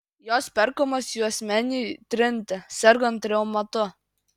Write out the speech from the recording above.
jos perkamos juosmeniui trinti sergant reumatu